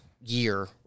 year